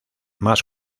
más